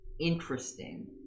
interesting